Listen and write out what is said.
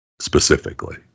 specifically